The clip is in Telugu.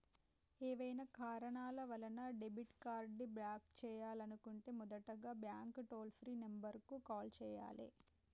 ఏవైనా కారణాల వలన డెబిట్ కార్డ్ని బ్లాక్ చేయాలనుకుంటే మొదటగా బ్యాంక్ టోల్ ఫ్రీ నెంబర్ కు కాల్ చేయాలే